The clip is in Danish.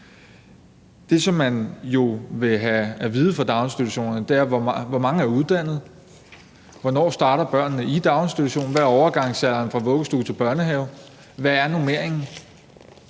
Det, som man vil have at vide fra daginstitutionerne, er jo, hvor mange der er uddannet, hvornår børnene starter i daginstitution, hvad overgangsalderen er fra vuggestue til børnehave, og hvad normeringen